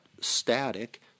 static